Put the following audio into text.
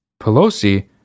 Pelosi